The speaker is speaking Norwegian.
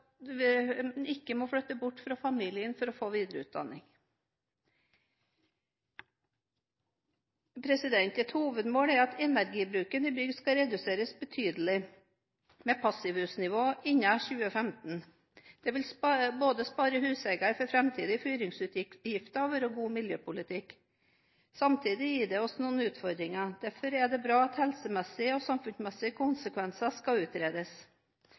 en ikke må flytte bort fra familien for å få videreutdanning. Et hovedmål er at energibruken i bygg skal reduseres betydelig, med passivhusnivå innen 2015. Det vil både spare huseier for framtidige fyringsutgifter og være god miljøpolitikk. Samtidig gir det oss noen utfordringer. Derfor er det bra at helsemessige og samfunnsmessige konsekvenser skal utredes.